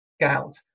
gout